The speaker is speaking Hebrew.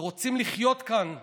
ורוצים לחיות כאן בשלום,